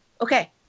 Okay